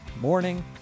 morning